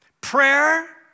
Prayer